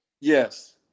Yes